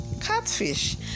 catfish